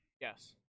Yes